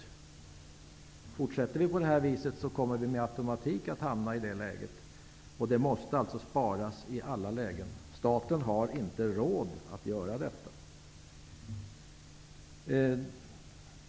Om vi fortsätter på det här viset kommer vi med automatik att hamna i det läget. Det måste sparas i alla lägen. Staten har inte råd att göra detta.